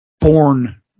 born